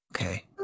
Okay